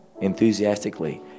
enthusiastically